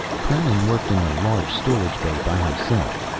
krannon worked in a large storage bay by himself.